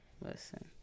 listen